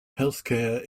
healthcare